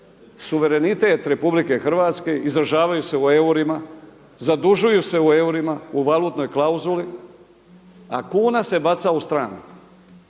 suverenitet Republike Hrvatske, izražavaju se u eurima, zadužuju se u eurima, u valutnoj klauzuli, a kuna se baca u stranu.